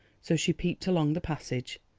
so she peeped along the passage,